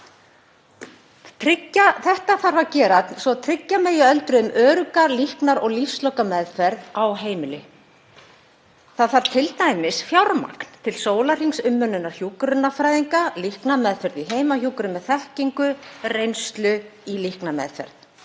Þetta þarf að gera svo að tryggja megi öldruðum örugga líknar- og lífslokameðferð á heimili. Það þarf t.d. fjármagn til sólarhringsumönnunar hjúkrunarfræðinga, líknarmeðferðar í heimahjúkrun með þekkingu og reynslu í líknarmeðferð,